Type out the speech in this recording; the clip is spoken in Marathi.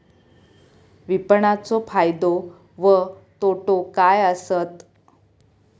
विपणाचो फायदो व तोटो काय आसत?